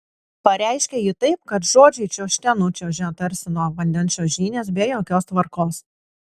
pareiškia ji taip kad žodžiai čiuožte nučiuožia tarsi nuo vandens čiuožynės be jokios tvarkos